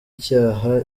icyaha